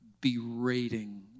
berating